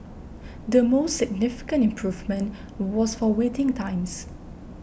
the most significant improvement was for waiting times